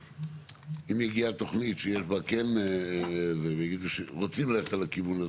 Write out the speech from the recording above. אם מגיעה תוכנית שיש בה כן זה ויגידו שרוצים ללכת על הכיוון?